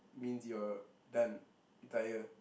means you're done retire